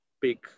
big